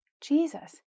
Jesus